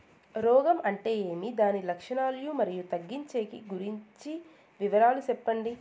రోగం అంటే ఏమి దాని లక్షణాలు, మరియు తగ్గించేకి గురించి వివరాలు సెప్పండి?